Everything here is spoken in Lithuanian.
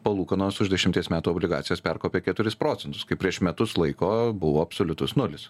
palūkanos už dešimties metų obligacijas perkopė keturis procentus kaip prieš metus laiko buvo absoliutus nulis